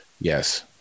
Yes